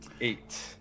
Eight